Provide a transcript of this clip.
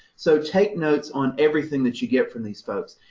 so take notes on everything that you get from these folks.